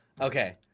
okay